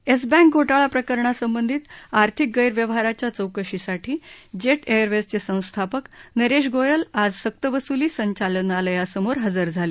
yes Bank घोटाळा प्रकरणासंबंधित आर्थिक गैरव्यवहाराच्या चौकशीसाठी जेट एअरवेजचे संस्थापक नरेश गोयल आज सक्तवसूली संचालनालयासमोर हजर झाले